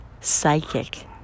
psychic